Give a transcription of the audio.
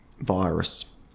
virus